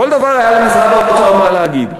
בכל דבר היה למשרד האוצר מה לומר.